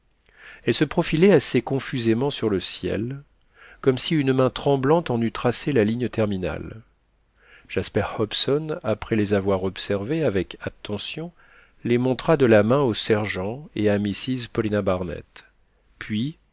elles se profilaient assez confusément sur le ciel comme si une main tremblante en eût tracé la ligne terminale jasper hobson après les avoir observées avec attention les montra de la main au sergent et à mrs paulina barnett puis